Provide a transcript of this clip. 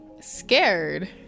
scared